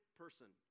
person